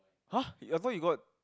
[huh] I thought you got